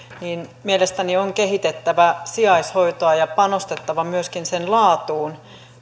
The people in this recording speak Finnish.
niin mielestäni on kehitettävä sijaishoitoa ja panostettava myöskin sen laatuun